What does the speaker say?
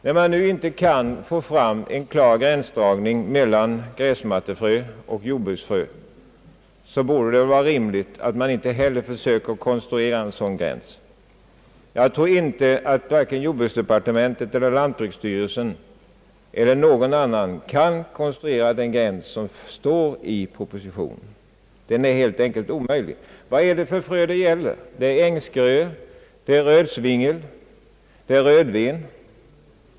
När man nu inte kan få fram en klar gränsdragning mellan gräsmattefrö och jordbruksfrö så borde det vara rimligt att inte heller försöka konstruera en sådan gräns. Jag tror inte att vare sig jordbruksdepartementet eller lantbruksstyrelsen eller någon annan kan konstruera en sådan gräns som anges i propositionen. Det är helt enkelt omöjligt. Vad är det för frö det gäller? Det är främst ängsgröe, rödsvingel, rödven.